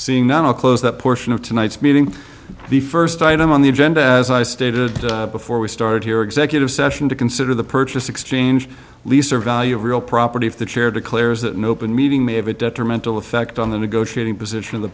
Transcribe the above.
seeing not close that portion of tonight's meeting the first item on the agenda as i stated before we started here executive session to consider the purchase exchange lease or value of real property if the chair declares that nope and meeting may have a detrimental effect on the negotiating position of the